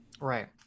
right